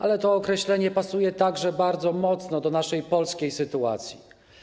Ale to określenie pasuje także bardzo mocno do naszej, polskiej sytuacji.